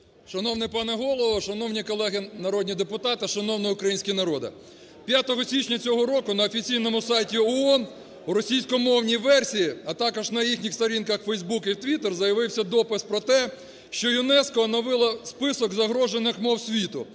Шановний пане Голово! Шановні колеги народні депутати! Шановний український народе! 5 січня цього року на офіційному сайті ООН у російськомовній версії, а також на їхніх сторінках в Фейсбук і Твіттер, з'явився допис про те, що ЮНЕСКО оновило список загрожених мов світу.